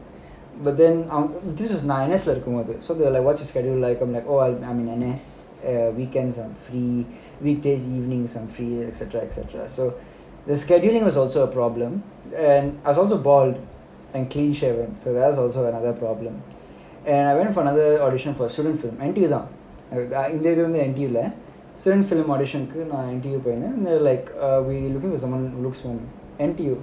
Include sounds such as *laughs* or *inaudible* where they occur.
but then this is நான் என்ன சொல்றது:naan enna solrathu so they are like what's your schedule like I'm like oh I I'm in N_S so weekends or weekdays evenings so the scheduling was also a problem and I'm now bald and clean shaven so that's also another problem and I went for another audition for swimming pool *laughs* we are looking for someone from N_T_U